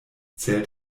zählt